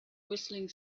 whistling